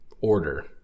order